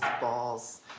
balls